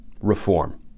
reform